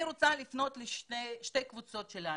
אני רוצה לפנות שתי קבוצות של אנשים.